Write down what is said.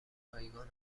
رایگان